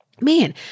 man